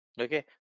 okay